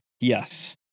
yes